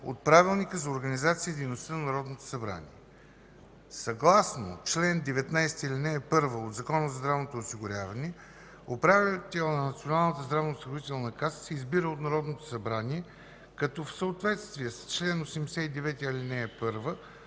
от Правилника за организацията и дейността на Народното събрание. Съгласно чл. 19, ал. 1 от Закона за здравното осигуряване, управителят на Националната здравноосигурителна каса се избира от Народното събрание, като в съответствие с чл. 89, ал. 1